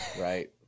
Right